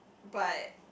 but